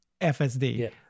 FSD